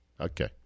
okay